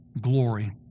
glory